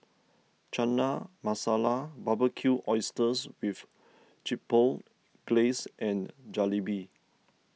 Chana Masala Barbecued Oysters with Chipotle Glaze and Jalebi